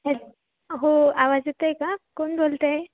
हॅ हो आवाज येतोय का कोण बोलत आहे